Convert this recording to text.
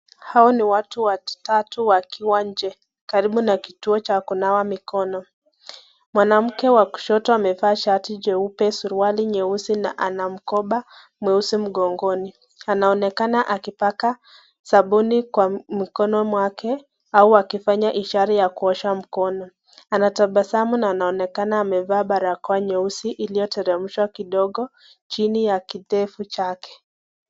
Hao ni watu watatu wakiwa nje karibu na kituo cha kunawa mikono. Mwanamke wa kushoto anevaa shati jeupe, suruali nyeusi na ana mkoba mweusi mgongoni. Anaonekana akipaka sabuni kwa mikono mwake au akifanya ishara ya kuosha mkono. Anatabasamu na anaonekana amevaa barakoa nyeusi iliyoteremshwa kidogo chini ya kidevu chake.